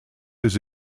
his